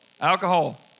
Alcohol